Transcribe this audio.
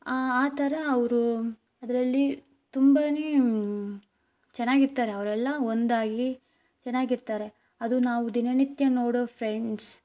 ಆ ಥರ ಅವರು ಅದರಲ್ಲಿ ತುಂಬಾ ಚೆನ್ನಾಗಿರ್ತಾರೆ ಅವರೆಲ್ಲ ಒಂದಾಗಿ ಚೆನ್ನಾಗಿರ್ತಾರೆ ಅದು ನಾವು ದಿನನಿತ್ಯ ನೋಡುವ ಫ್ರೆಂಡ್ಸ್